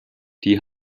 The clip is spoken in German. die